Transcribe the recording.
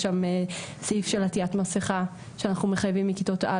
יש שם סעיף של עטיית מסכה שאנחנו מחייבים מכיתות א'.